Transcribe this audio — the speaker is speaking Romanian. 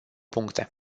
puncte